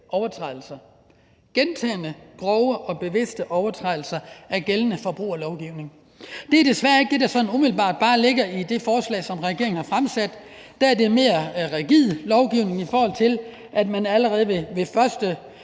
overtrædelser – gentagne, grove og bevidste overtrædelser af gældende forbrugerlovgivning. Det er desværre bare ikke det, der sådan umiddelbart ligger i det forslag, som regeringen har fremsat. Der er det mere rigid lovgivning, i og med at man allerede ved